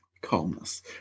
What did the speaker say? Calmness